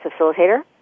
facilitator